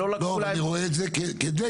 אני רואה את זה כדגם.